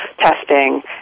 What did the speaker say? testing